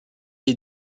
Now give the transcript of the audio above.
est